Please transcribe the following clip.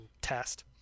test